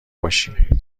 باشی